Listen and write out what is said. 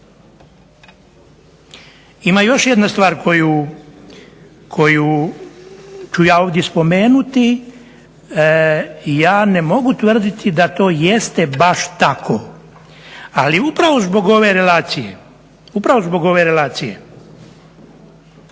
Ima još jedna stvar koju ću ja ovdje spomenuti. Ja ne mogu tvrditi da to jeste baš tako, ali upravo zbog ove relacije